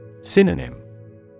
Synonym